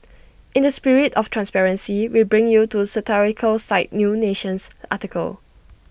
in the spirit of transparency we bring to you satirical site new nation's article